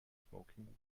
smoking